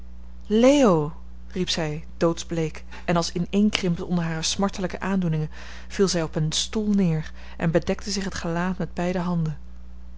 leo riep zij doodsbleek en als ineenkrimpend onder hare smartelijke aandoeningen viel zij op een stoel neer en bedekte zich het gelaat met beide handen